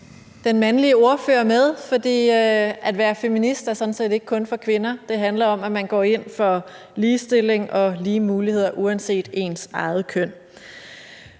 den mandlige ordfører med, for at være feminist er sådan set ikke kun for kvinder; det handler om, at man går ind for ligestilling og lige muligheder uanset ens eget køn.